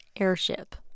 airship